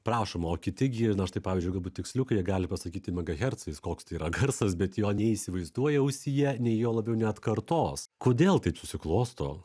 prašoma o kiti gi na štai pavyzdžiui galbūt tiksliukai jie gali pasakyti megahercais koks tai yra garsas bet jo neįsivaizduoja ausyje nei juo labiau neatkartos kodėl taip susiklosto